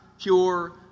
pure